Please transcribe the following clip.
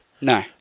No